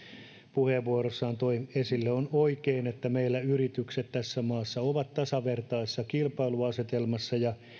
puheenvuorossaan toi esille on oikein että meillä yritykset tässä maassa ovat tasavertaisessa kilpailuasetelmassa ja